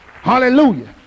Hallelujah